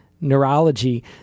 neurology